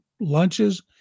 lunches